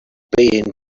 being